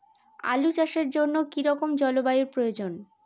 আলু চাষের জন্য কি রকম জলবায়ুর প্রয়োজন?